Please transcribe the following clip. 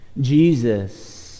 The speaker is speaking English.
jesus